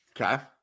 Okay